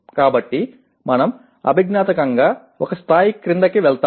కాబట్టి మనం అభిజ్ఞాత్మకంగా ఒక స్థాయి క్రిందికి వెళ్తాము